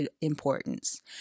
importance